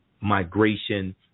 migration